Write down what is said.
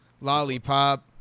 Lollipop